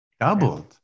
Doubled